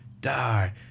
die